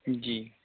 जी